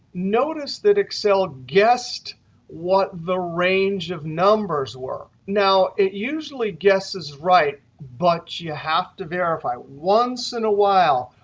notice that excel guessed what the range of numbers were. now, it usually guesses right, but you have to verify. once in a while,